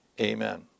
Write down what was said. amen